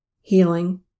healing